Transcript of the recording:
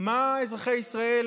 מה אזרחי ישראל